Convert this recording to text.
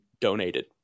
donated